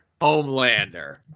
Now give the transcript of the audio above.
Homelander